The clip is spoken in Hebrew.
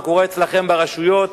מה קורה אצלכם ברשויות,